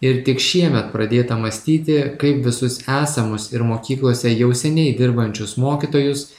ir tik šiemet pradėta mąstyti kaip visus esamus ir mokyklose jau seniai dirbančius mokytojus